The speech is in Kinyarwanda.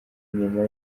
nyuma